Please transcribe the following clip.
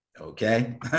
okay